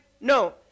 No